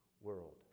world